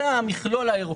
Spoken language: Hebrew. זה המכלול האירופאי.